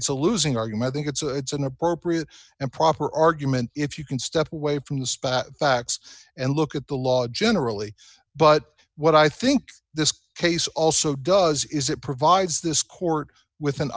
it's a losing argument think it's an appropriate and proper argument if you can step away from the spot facts and look at the law generally but what i think this case also does is it provides this court with an